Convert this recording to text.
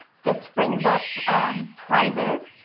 this brings up prizes.